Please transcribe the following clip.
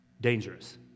dangerous